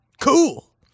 cool